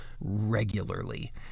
regularly